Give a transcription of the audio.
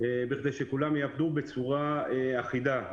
כדי שכולם יעבדו בצורה אחידה.